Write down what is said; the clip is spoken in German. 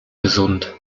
gesund